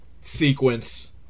sequence